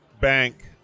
bank